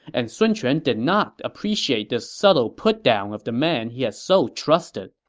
and sun quan did not appreciate this subtle putdown of the man he had so trusted.